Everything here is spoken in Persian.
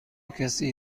کسی